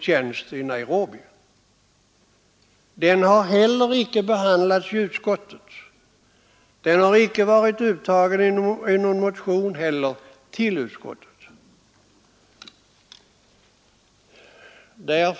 Ej heller har frågan om en sådan tjänst behandlats i utskottet eller varit upptagen i någon motion till utskottet.